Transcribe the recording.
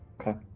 Okay